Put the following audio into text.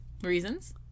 Reasons